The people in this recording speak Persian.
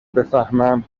بفهمم